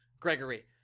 Gregory